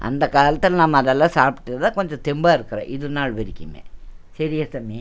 அந்த காலத்தில் நாம் அதெலாம் சாப்பிடு தான் கொஞ்சம் தெம்பாக இருக்குறோம் இது நாள் வரைக்குமே சரியா தம்பி